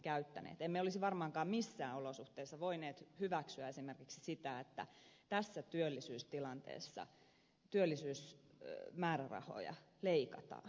emme olisi varmaankaan missään olosuhteessa voineet hyväksyä esimerkiksi sitä että tässä työllisyystilanteessa työllisyysmäärärahoja leikataan